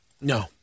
No